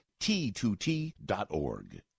t2t.org